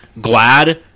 glad